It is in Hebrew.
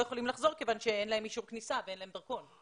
יכולים לחזור כיוון שאין להם אישור כניסה ואין להם דרכון.